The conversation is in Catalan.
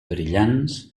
brillants